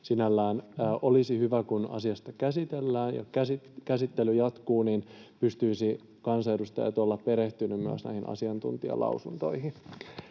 Sinällään olisi hyvä, että kun asian käsittely jatkuu, niin pystyisivät kansanedustajat olla perehtyneitä myös näihin asiantuntijalausuntoihin.